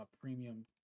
premium